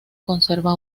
conserva